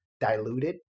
diluted